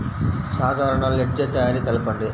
సాధారణ లెడ్జెర్ తయారి తెలుపండి?